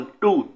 two